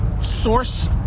source